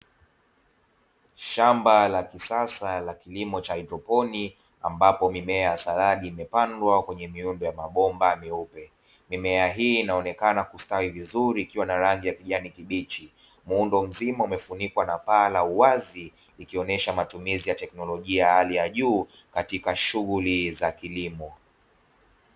Shamba la kisasa la kilimo cha haidroponi, ambapo mimea ya saladi imepandwa kwenye miundo ya mabomba meupe. Mimea hii inaonekana kustawi vizuri ikiwa na rangi ya kijani kibichi. Muundo mzima imefunikwa na paa la uwazi, ikionyesha matumizi ya teknolojia ya hali ya juu katika shughuli za kilimo.